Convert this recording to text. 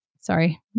sorry